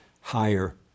higher